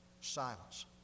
Silence